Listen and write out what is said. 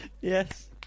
Yes